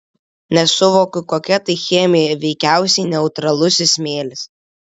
nesuvokiu kokia tai chemija veikiausiai neutralusis smėlis